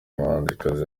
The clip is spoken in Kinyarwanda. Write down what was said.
muhanzikazi